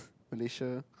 Malaysia